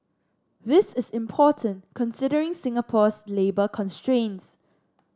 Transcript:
this is important considering Singapore's labour constraints